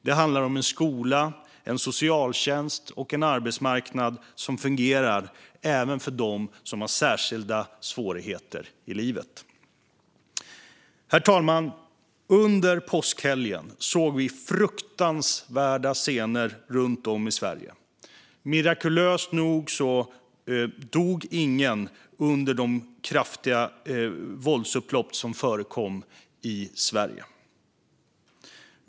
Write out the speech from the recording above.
Det handlar om en skola, en socialtjänst och en arbetsmarknad som fungerar även för dem med särskilda svårigheter i livet. Herr talman! Under påskhelgen såg vi fruktansvärda scener runt om i Sverige. Mirakulöst nog dog ingen under de kraftiga våldsupplopp som förekom i Sverige.